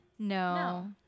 No